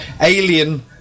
Alien